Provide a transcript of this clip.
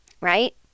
right